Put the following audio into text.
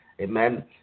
Amen